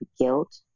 guilt